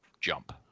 jump